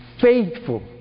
faithful